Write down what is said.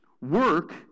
work